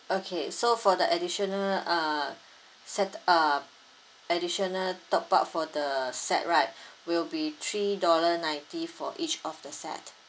okay so for the additional uh set uh additional top up for the set right will be three dollar ninety for each of the set